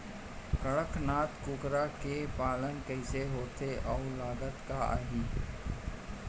कड़कनाथ कुकरा के पालन कइसे होथे अऊ लागत का आही?